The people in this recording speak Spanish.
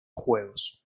juegos